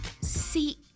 see